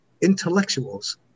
intellectuals